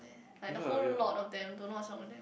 like the whole lot of them don't know what's wrong with them